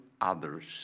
others